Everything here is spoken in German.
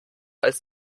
als